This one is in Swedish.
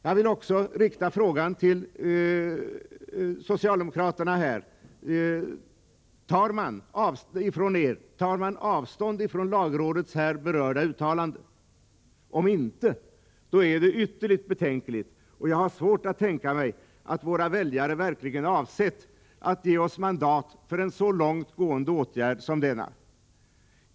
Jag vill också rikta frågan till socialdemokraternas talesman: Tar ni avstånd från lagrådets här berörda uttalande? Om inte, är det ytterligt betänkligt, och jag har svårt att tänka mig att våra väljare avsett att ge oss mandat för en så långt gående åtgärd som denna.